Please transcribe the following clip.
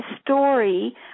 story